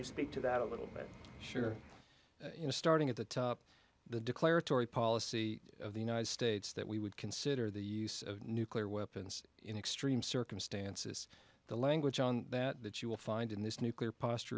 you speak to that a little bit sure in starting at the top the declaratory policy of the united states that we would consider the use of nuclear weapons in extreme circumstances the language on that that you will find in this nuclear post